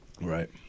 Right